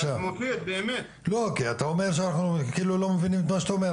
אתה אומר כאילו אנחנו לא מבינים מה שאמרת,